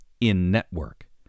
in-network